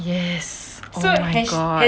yes oh my god